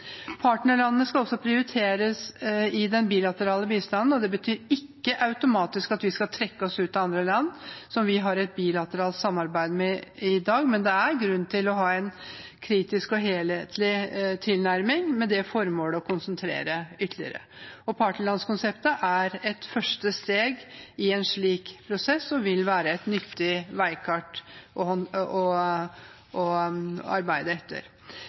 Partnerlandene skal prioriteres i den bilaterale bistanden. Det betyr ikke automatisk at vi skal trekke oss ut av land vi har et bilateralt samarbeid med i dag, men det er grunn til å ha en kritisk og helhetlig tilnærming med det formål å konsentrere ytterligere. Partnerlandskonseptet er et første steg i en slik prosess, og det vil være et nyttig veikart å arbeide etter.